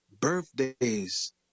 Birthdays